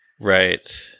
Right